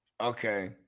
Okay